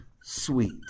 sweet